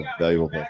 valuable